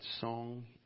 song